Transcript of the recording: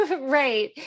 Right